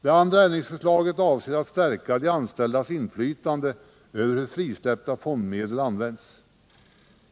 Det andra ändringsförslaget avser att stärka de anställdas inflytande över hur frisläppta fondmedel används.